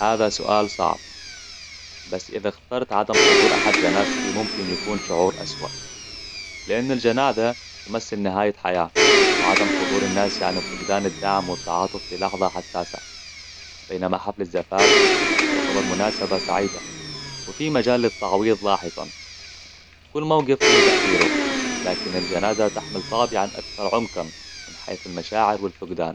هذا سؤال صعب بس إذا اخترت عدم حضور أحد جنازتي ممكن يكون شعور أسوأ لأن الجنازة تمثل نهاية حياة وعدم حضور الناس يعني فقدان الدعم والتعاطف في لحظة حساسة بينما حفل الزفاف يعتبر مناسبة سعيدة وفي مجال التعويض لاحقاً كل موقف له تأثيره لكن الجنازة تحمل طابعاً أكثر عمقاً من حيث المشاعر والفقدان